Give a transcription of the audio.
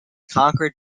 conquered